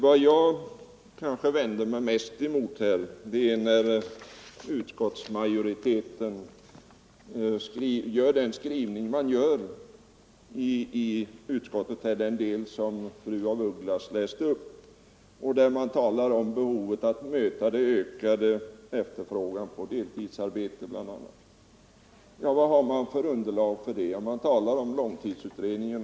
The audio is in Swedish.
Vad jag kanske vänder mig mest mot i utskottsmajoritetens skrivning är den del som fru af Ugglas läste upp, där man talar om behovet av att möta den ökade efterfrågan på deltidsarbete. Vad har man för underlag för påståendet att denna efterfrågan ökar? Man talar i sammanhanget om långtidsutredningen.